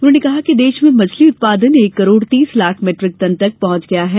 उन्होंने कहा कि देश में मछली उत्पादन एक करोड़ तीस लाख मीट्रिक टन तक पहुंच गया है